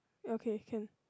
okay can